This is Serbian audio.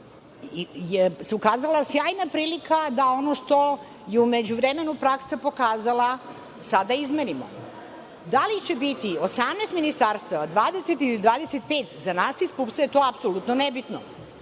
se ukazala sjajna prilika da ono što je u međuvremenu praksa pokazala sada izmenimo. Da li će biti 18 ministarstava, 20 ili 25, za nas iz PUPS-a je to apsolutno nebitno. Suština